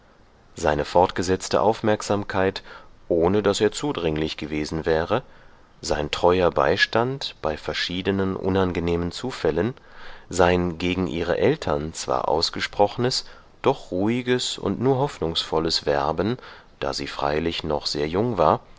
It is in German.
seine fortgesetzte aufmerksamkeit ohne daß er zudringlich gewesen wäre sein treuer beistand bei verschiedenen unangenehmen zufällen sein gegen ihre eltern zwar ausgesprochnes doch ruhiges und nur hoffnungsvolles werben da sie freilich noch sehr jung war